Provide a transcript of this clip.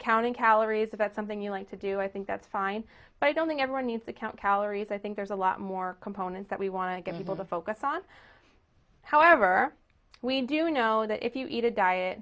counting calories about something you like to do i think that's fine but i don't think everyone needs to count calories i think there's a lot more components that we want to get people to focus on however we do know that if you eat a diet